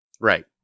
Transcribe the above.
Right